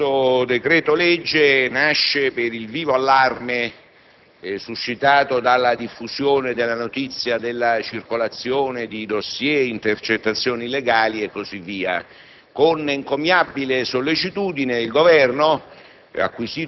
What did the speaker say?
questo decreto-legge nasce per il vivo allarme suscitato dalla diffusione della notizia della circolazione di *dossier*, intercettazioni illegali e così via. Con encomiabile sollecitudine il Governo,